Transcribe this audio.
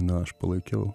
na aš palaikiau